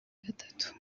gatatu